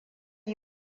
yi